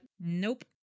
nope